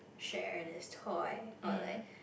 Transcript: share this toy or like